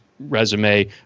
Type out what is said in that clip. resume